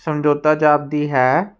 ਸਮਝੋਤਾ ਜਾਪਦੀ ਹੈ